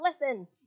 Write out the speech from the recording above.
listen